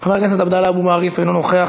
חבר הכנסת עבדאללה אבו מערוף, אינו נוכח,